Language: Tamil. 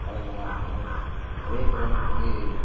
பலவீனமா இருக்கும் அதேப்போல் நமக்கு வந்து